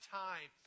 time